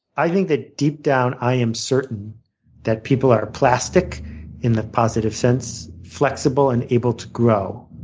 i think that deep down, i am certain that people are plastic in the positive sense flexible and able to grow.